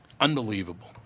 Unbelievable